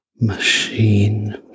machine